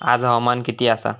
आज हवामान किती आसा?